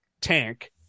tank